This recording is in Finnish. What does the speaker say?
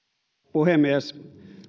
puhemies